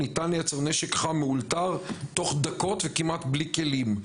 ניתן לייצר נשק חם מאולתר תוך דקות וכמעט בלי כלים.